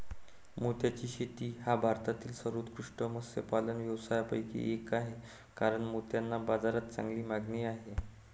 मोत्याची शेती हा भारतातील सर्वोत्कृष्ट मत्स्यपालन व्यवसायांपैकी एक आहे कारण मोत्यांना बाजारात चांगली मागणी आहे